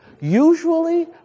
usually